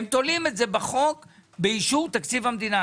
הם תולים את זה באישור תקציב המדינה,